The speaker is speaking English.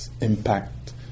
impact